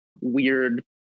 weird